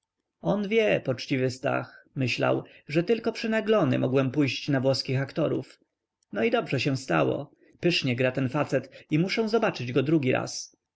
on wie poczciwy stach myślał że tylko przynaglony mogłem pójść na włoskich aktorów no i dobrze się stało pysznie gra ten facet i muszę zobaczyć go drugi raz